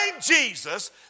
Jesus